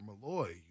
Malloy